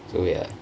so ya